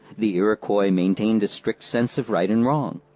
the iroquois maintained a strict sense of right and wrong.